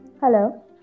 Hello